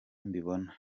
mbibona